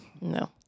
No